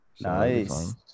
Nice